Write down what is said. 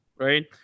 Right